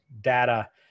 data